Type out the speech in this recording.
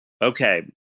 Okay